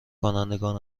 کنندگان